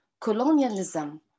colonialism